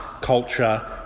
culture